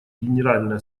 генеральная